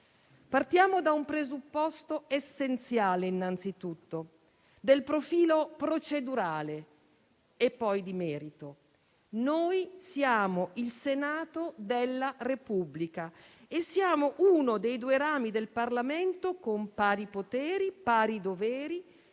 Partiamo da un presupposto essenziale, innanzitutto, quello del profilo procedurale e poi di merito. Siamo il Senato della Repubblica, uno dei due rami del Parlamento, con pari poteri, doveri